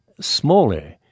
smaller